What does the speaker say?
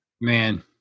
man